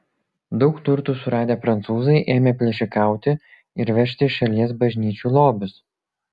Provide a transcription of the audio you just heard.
daug turtų suradę prancūzai ėmė plėšikauti ir vežti iš šalies bažnyčių lobius